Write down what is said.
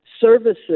services